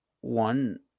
one